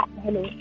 hello